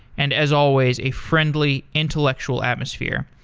and as always, a friendly, intellectual atmosphere.